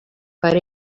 per